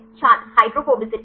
छात्र हाइड्रोफोबिसिटी